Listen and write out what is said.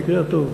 במקרה הטוב,